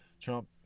Trump